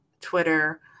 Twitter